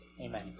amen